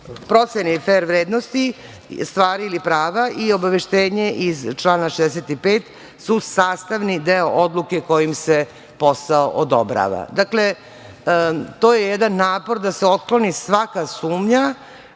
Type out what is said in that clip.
proceni fer vrednosti stvari ili prava i obaveštenje iz člana 65. su sastavni deo odluke kojom se posao odobrava. Dakle, to je jedan napor da se otkloni svaka sumnja